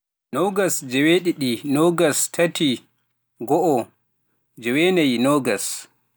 Nogas, joweeɗiɗi, nogas, tati, go'o, joweenayi, nogas.